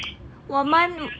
我们